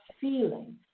feeling